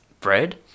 bread